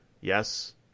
Yes